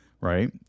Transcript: right